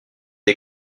des